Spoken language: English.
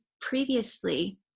previously